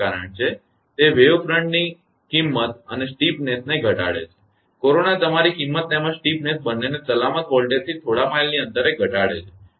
તે તરંગ ફ્રન્ટની કિંમત અને સ્ટીપનેસને ઘટાડે છે તે કોરોના તમારી કિંમત તેમજ સ્ટીપનેસ બંનેને સલામત વોલ્ટેજથી થોડા માઇલની અંતરે ઘટાડે છે છે